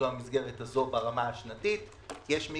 זו המסגרת הזאת ברמה השנתית.